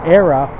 era